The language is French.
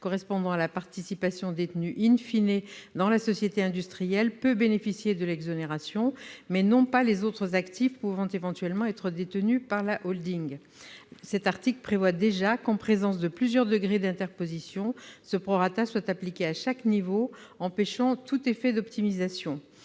correspondant à la participation détenue dans la société industrielle peut bénéficier de l'exonération, mais non pas les autres actifs pouvant éventuellement être détenus par la holding : cet article prévoit déjà qu'en présence de plusieurs degrés d'interposition ce prorata est appliqué à chaque niveau, empêchant tout effet d'optimisation.